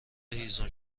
هیزم